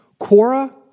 Quora